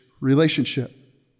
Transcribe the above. relationship